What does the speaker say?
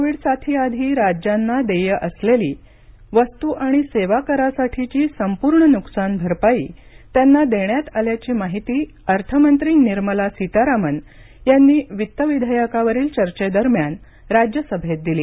Covid साथीआधी राज्यांना देय असलेली वस्तू आणि सेवा करासाठीची संपूर्ण नुकसानभरपाई त्यांना देण्यात आल्याची माहिती अर्थमंत्री निर्मला सीतारामन यांनी वित्त विधेयकावरील चर्वेदरम्यान राज्यसभेत दिली